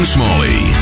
Smalley